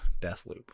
Deathloop